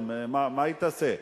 מה היא תעשה?